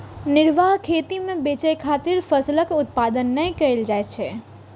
निर्वाह खेती मे बेचय खातिर फसलक उत्पादन नै कैल जाइ छै